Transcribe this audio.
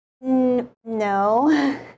No